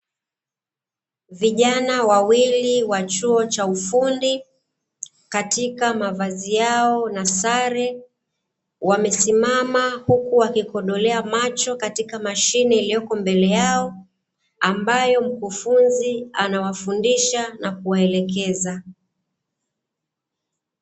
Vijana wawili wa chuo cha ufundi, katika mavazi yao na sare, wamesimama huku wakikodolea macho katika mashine iliyoko mbele yao, ambayo mkufunzi anawafundisha na kuwaelekeza.